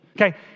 Okay